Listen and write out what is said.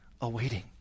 awaiting